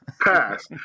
pass